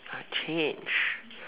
I changed